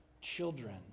children